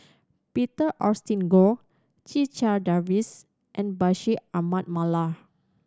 Peter Augustine Goh Checha Davies and Bashir Ahmad Mallal